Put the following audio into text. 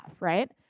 right